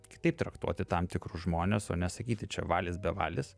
kitaip traktuoti tam tikrus žmones o ne sakyti čia valis bevalis